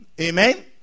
Amen